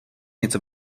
něco